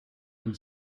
and